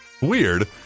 Weird